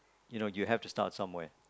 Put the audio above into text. you now you have to start somewhere